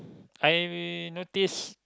I notice